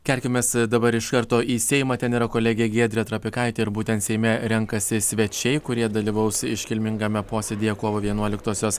kelkimės dabar iš karto į seimą ten yra kolegė giedrė trapikaitė ir būtent seime renkasi svečiai kurie dalyvaus iškilmingame posėdyje kovo vienuoliktosios